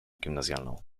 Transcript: gimnazjalną